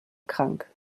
krank